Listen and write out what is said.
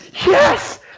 Yes